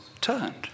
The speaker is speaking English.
turned